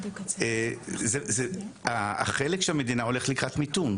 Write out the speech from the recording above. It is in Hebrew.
זה החלק שהמדינה הולכת לקראת מיתון.